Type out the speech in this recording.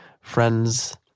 friends